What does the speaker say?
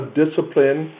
discipline